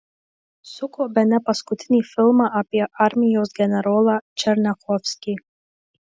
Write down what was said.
suko bene paskutinį filmą apie armijos generolą černiachovskį